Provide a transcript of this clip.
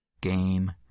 game